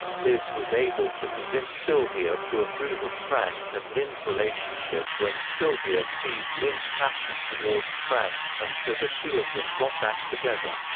liz was able to convince sylvia to approve of frank and lynn's relationship when sylvia sees lynn's passion towards frank, and so the two of them got back together.